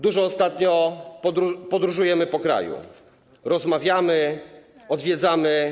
Dużo ostatnio podróżujemy po kraju, rozmawiamy, odwiedzamy.